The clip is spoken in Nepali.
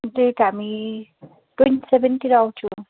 डेट हामी ट्वेन्टीसेभेनतिर आउँछौँ